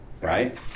right